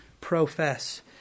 profess